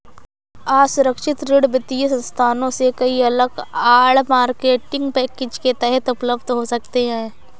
असुरक्षित ऋण वित्तीय संस्थानों से कई अलग आड़, मार्केटिंग पैकेज के तहत उपलब्ध हो सकते हैं